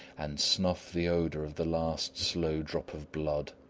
and snuff the odour of the last slow drop of blood!